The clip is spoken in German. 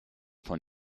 von